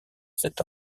sept